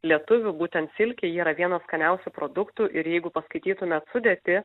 lietuvių būtent silkė ji yra vienas skaniausių produktų ir jeigu paskaitytumėt sudėtį